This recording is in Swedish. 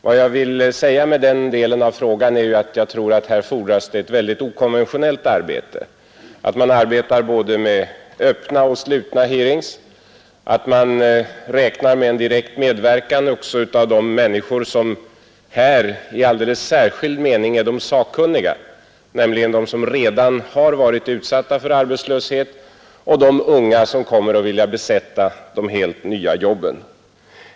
Vad jag vill säga med den delen av frågan är att jag tror att det här fordras ett väldigt okonventionellt arbete: att man arbetar både med öppna och slutna hearings, att man räknar med en direkt medverkan också av de människor som här i alldeles särskild mening är de sakkunniga, nämligen de som redan har varit utsatta för arbetslöshet och de unga som kommer att vilja besätta de helt nya jobben.